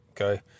Okay